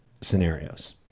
scenarios